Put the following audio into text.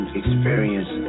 experience